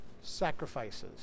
sacrifices